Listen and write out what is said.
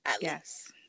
Yes